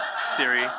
Siri